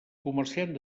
comerciant